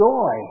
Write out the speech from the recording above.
Joy